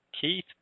Keith